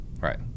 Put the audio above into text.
Right